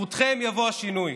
בזכותכם יבוא השינוי.